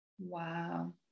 Wow